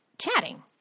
chatting